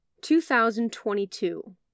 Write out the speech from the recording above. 2022